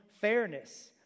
fairness